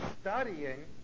studying